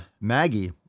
Maggie